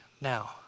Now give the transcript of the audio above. now